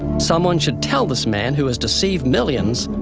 someone should tell this man who has deceived millions,